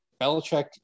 Belichick